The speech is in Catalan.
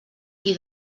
qui